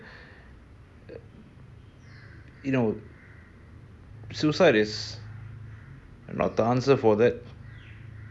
you know suicide is not the answer for that and